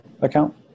account